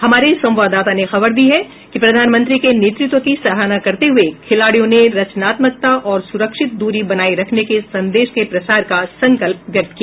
हमारे संवाददाता ने खबर दी है कि प्रधानमंत्री के नेतृत्व की सराहना करते हुए खिलाडियों ने रचनात्मकता और सुरक्षित दूरी बनाए रखने के संदेश के प्रसार का संकल्प व्यक्त किया